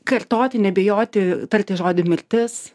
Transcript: kartoti nebijoti tarti žodį mirtis